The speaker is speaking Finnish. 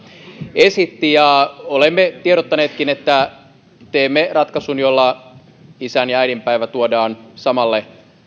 esitti olemme tiedottaneetkin että teemme ratkaisun jolla isän ja äitienpäivä tuodaan samalle